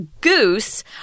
goose